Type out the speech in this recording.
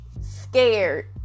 scared